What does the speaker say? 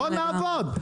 בוא נעבוד.